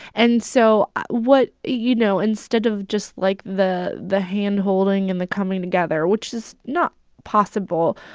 and so what you know, instead of just, like, the the handholding and the coming together, which is not possible,